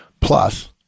plus